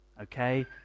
okay